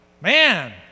man